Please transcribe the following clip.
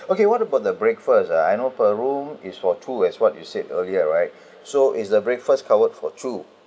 okay what about the breakfast ah I know per room is for two as what you said earlier right so is the breakfast covered for two